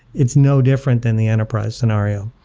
it's no different than the enterprise scenario.